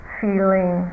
feeling